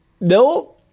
No